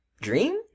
dream